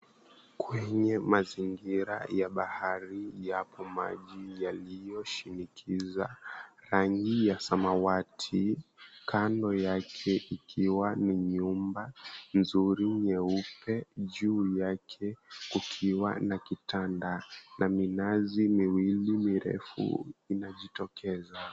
Kwenye mazingira ya bahari yapo maji yaliyoshinikiza rangi ya samawati kando yake kukiwa ni nyumba nzuri nyeupe juu yake kukiwa na kitanda na minazi miwili mirefu inajitokeza.